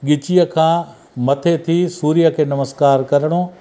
ॻिचीअ खां मथे थी सूर्य खे नमस्कार करिणो